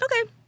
Okay